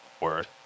Word